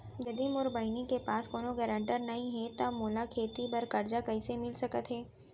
यदि मोर बहिनी के पास कोनो गरेंटेटर नई हे त ओला खेती बर कर्जा कईसे मिल सकत हे?